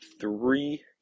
three